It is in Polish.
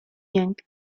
jęk